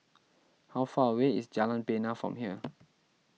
how far away is Jalan Bena from here